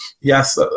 yes